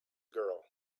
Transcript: girl